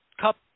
Cup